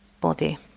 body